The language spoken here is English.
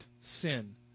sin